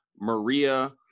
Maria